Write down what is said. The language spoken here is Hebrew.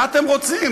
מה אתם רוצים?